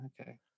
okay